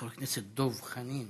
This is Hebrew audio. חבר הכנסת דב חנין